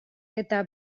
eta